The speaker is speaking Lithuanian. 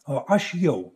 o aš jau